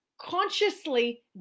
consciously